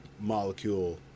molecule